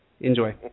enjoy